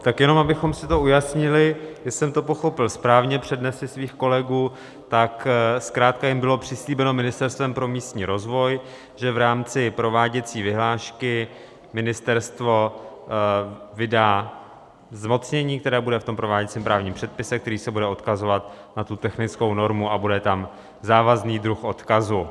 Tak jenom abychom si to ujasnili, že jsem to pochopil správně, přednesy svých kolegů, tak zkrátka jim bylo přislíbeno Ministerstvem pro místní rozvoj, že v rámci prováděcí vyhlášky ministerstvo vydá zmocnění, které bude v prováděcím právním předpise, který se bude odkazovat na technickou normu a bude tam závazný druh odkazu.